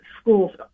schools